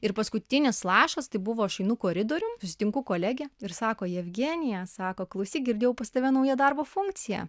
ir paskutinis lašas tai buvo aš einu koridorium susitinku kolegę ir sako jevgenija sako klausyk girdėjau pas tave nauja darbo funkcija